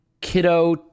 kiddo